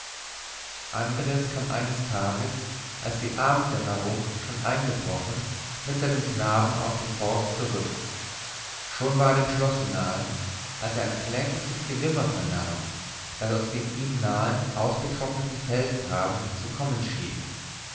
andres kam eines tages als die abenddämmerung schon eingebrochen mit seinem knaben aus dem forst zurück schon war er dem schlosse nahe als er ein klägliches gewimmer vernahm das aus dem ihm nahen ausgetrockneten feldgraben zu kommen schien